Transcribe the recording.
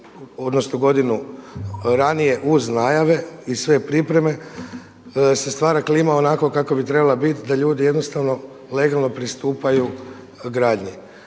odnosno godinu ranije uz najave i sve pripreme se stvara klima onakva kakva bi trebala biti da ljudi jednostavno legalno pristupaju gradnji.